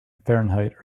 fahrenheit